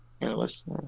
Analyst